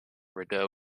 rideau